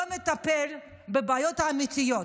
לא מטפל בבעיות האמיתיות,